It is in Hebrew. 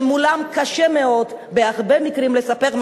שמולם קשה מאוד בהרבה מקרים לספר,